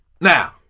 Now